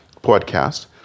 podcast